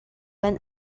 went